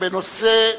בנושא: